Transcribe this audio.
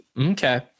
Okay